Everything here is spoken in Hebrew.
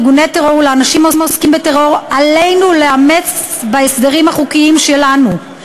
לארגוני טרור ולאנשים העוסקים בטרור עלינו לאמץ בהסדרים החוקיים שלנו,